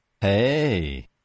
Hey